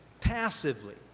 passively